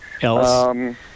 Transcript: Ellis